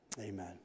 Amen